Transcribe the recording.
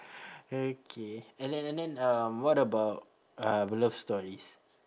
okay and then and then um what about uh love stories